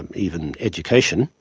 and even education,